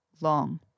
long